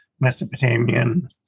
Mesopotamian